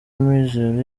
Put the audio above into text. mizero